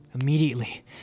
Immediately